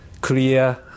clear